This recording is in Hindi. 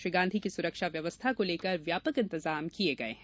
श्री गांधी की सुरक्षा व्यवस्था को लेकर व्यापक इंतजाम किये गये हैं